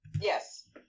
Yes